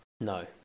No